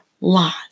Lot